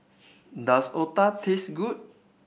does Otah taste good